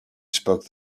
spoke